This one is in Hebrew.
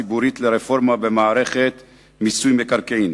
של ועדה ציבורית לרפורמה במערכת מיסוי מקרקעין,